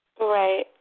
Right